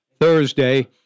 Thursday